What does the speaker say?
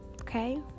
Okay